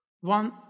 one